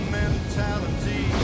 mentality